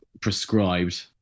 prescribed